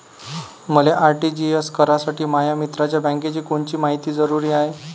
मले आर.टी.जी.एस करासाठी माया मित्राच्या बँकेची कोनची मायती जरुरी हाय?